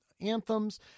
anthems